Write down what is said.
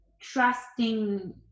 trusting